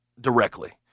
directly